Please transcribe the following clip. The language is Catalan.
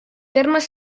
termes